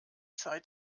zeit